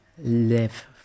live